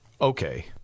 Okay